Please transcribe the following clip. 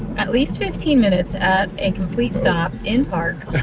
at least fifteen minutes at a complete stop, in park.